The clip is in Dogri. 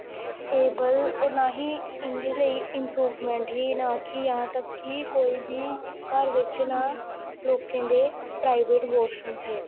एब्ल होर नां ही इं'दे लेई इम्प्रूवमैंट ही नां कि यहां तक कि कोई बी घर बिच्च ना लोकें दे प्राइवेट वाशरूम हे